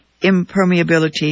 impermeability